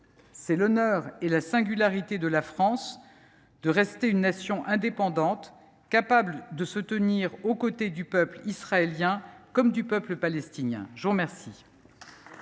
C’est l’honneur et la singularité de la France que de rester une Nation indépendante, capable de se tenir aux côtés du peuple israélien comme du peuple palestinien. Nous en